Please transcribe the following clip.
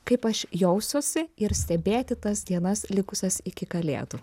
kaip aš jausiuosi ir stebėti tas dienas likusias iki kalėdų